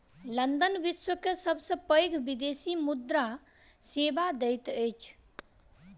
London विश्व के सबसे पैघ विदेशी मुद्रा सेवा दैत अछि